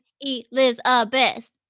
Elizabeth